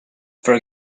for